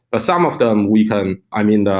ah some of them we can i mean,